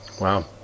Wow